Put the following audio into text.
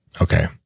Okay